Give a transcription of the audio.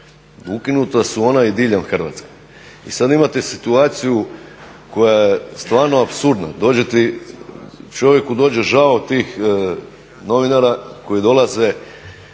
ukinuta su ona i diljem Hrvatske. I sada imate situaciju koja je stvarno apsurdna, čovjeku dođe žao tih novinara koji dolaze